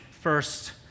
first